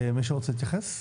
מישהו רוצה להתייחס?